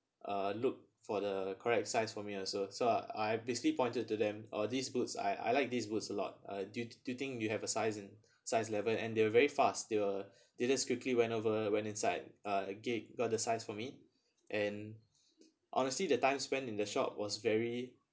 uh look for the correct size for me also so I basically pointed to them oh this boots I I like these boots a lot uh do you do you think you have a size in size eleven and they're very fast they were they just quickly went over went inside a a gate got the size for me and honestly the time spent in the shop was very